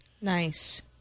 Nice